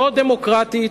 לא דמוקרטית,